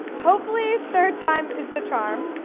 hopefully third time is the charm.